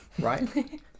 right